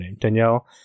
danielle